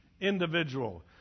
individual